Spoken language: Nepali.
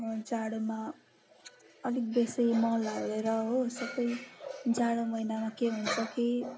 जाडोमा अलिक बेसी मल हालेर हो सबै जाडो महिनामा के हुन्छ कि